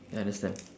ya understand